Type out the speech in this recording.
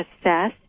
assess